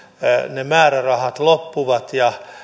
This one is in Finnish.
ne määrärahat loppuvat ja